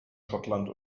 schottland